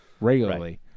regularly